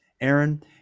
Aaron